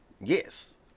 Yes